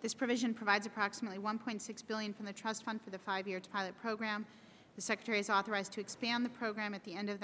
this provision provides approximately one point six billion from the trust fund for the five year program the secretary is authorized to expand the program at the end of